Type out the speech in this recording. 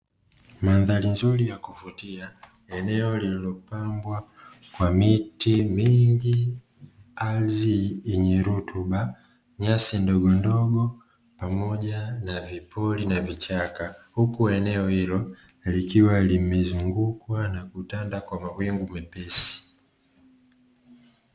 Mandhari nzuri ya kuvutia, eneo lililopambwa kwa miti mingi, ardhi yenye rutuba, nyasi ndogondogo pamoja na vipori na vichaka, huku eneo hilo likiwa limezungukwa na kutanda kwa mawingu mepesi.